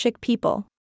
people